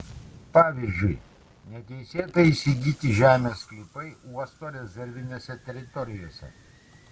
pavyzdžiui neteisėtai įsigyti žemės sklypai uosto rezervinėse teritorijose